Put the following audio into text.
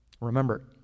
Remember